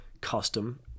custom